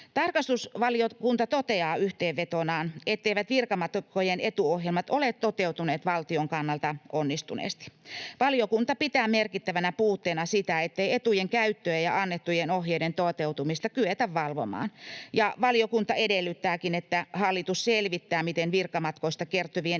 Tarkastusvaliokunta toteaa yhteenvetonaan, etteivät virkamatkojen etuohjelmat ole toteutuneet valtion kannalta onnistuneesti. Valiokunta pitää merkittävänä puutteena sitä, ettei etujen käyttöä ja annettujen ohjeiden toteutumista kyetä valvomaan. Valiokunta edellyttääkin, että hallitus selvittää, miten virkamatkoista kertyvien